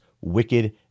wicked